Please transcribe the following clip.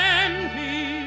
empty